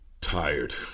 tired